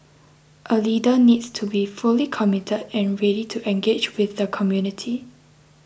a leader needs to be fully committed and ready to engage with the community